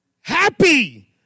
Happy